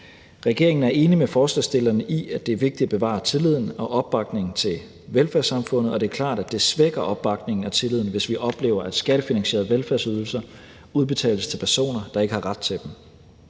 Regeringen er enig med forslagsstillerne i, at det er vigtigt at bevare tilliden og opbakningen til velfærdssamfundet, og det er klart, at det svækker opbakningen og tilliden, hvis vi oplever, at skattefinansierede velfærdsydelser udbetales til personer, der ikke har ret til dem.